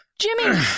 Jimmy